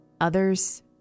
others